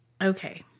Okay